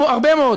הרבה מאוד